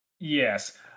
Yes